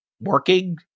working